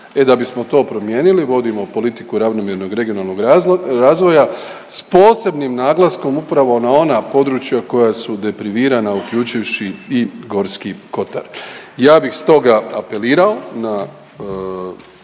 E da bismo to promijenili vodimo politiku ravnomjernog regionalnog razvoja s posebnim naglaskom upravo na ona područja koja su deprivirana uključivši i Gorski kotar. Ja bih stoga apelirao na